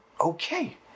Okay